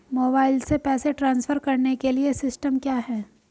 Mobile से पैसे transfer करने के लिए सिस्टम क्या है?